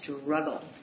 struggle